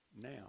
Now